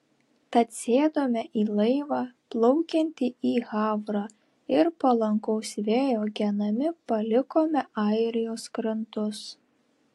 tad sėdome į laivą plaukiantį į havrą ir palankaus vėjo genami palikome airijos krantus